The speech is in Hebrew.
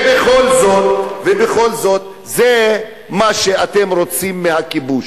ובכל זאת, זה מה שאתם רוצים מהכיבוש.